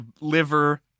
liver